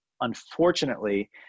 unfortunately